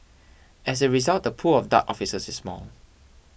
as a result the pool of Dart officers is small